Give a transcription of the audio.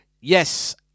yes